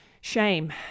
Shame